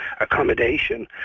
accommodation